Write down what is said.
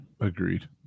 agreed